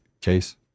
case